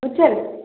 বুঝছেন